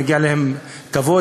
ומגיע להם כבוד,